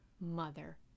mother